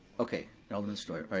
okay, alderman steuer,